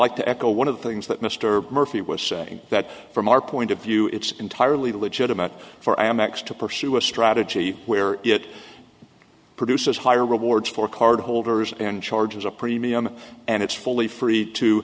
like to echo one of the things that mr murphy was saying that from our point of view it's entirely legitimate for amex to pursue a strategy where it produces higher rewards for card holders and charges a premium and it's fully free to